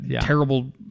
terrible